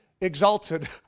exalted